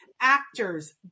Actors